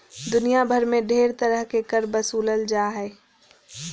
दुनिया भर मे ढेर तरह के कर बसूलल जा हय